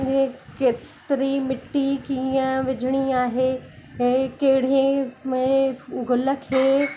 जीअं केतिरी मिट्टी कीअं विझणी आहे हे केढ़ी में ग़ुल खे